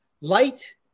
light